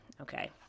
okay